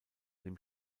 dem